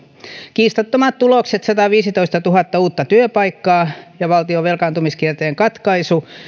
kiistattomat tulokset sataviisitoistatuhatta uutta työpaikkaa ja valtion velkaantumiskierteen katkaisu